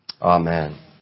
Amen